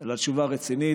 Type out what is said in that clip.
אלא תשובה רצינית.